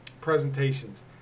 presentations